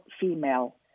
female